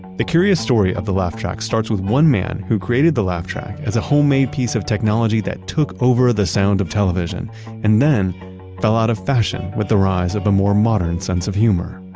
the curious story of the laugh track starts with one man who created the laugh track as a homemade piece of technology that took over the sound of television and then fell out of fashion with the rise of a more modern sense of humor.